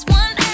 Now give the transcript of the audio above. one